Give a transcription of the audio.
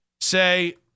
say